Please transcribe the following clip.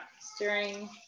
stirring